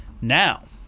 Now